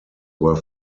were